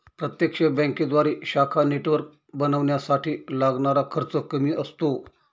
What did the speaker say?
प्रत्यक्ष बँकेद्वारे शाखा नेटवर्क बनवण्यासाठी लागणारा खर्च कमी असतो